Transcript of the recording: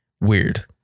weird